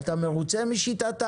אתם שואלים למה